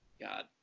God